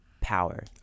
power